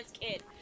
Kid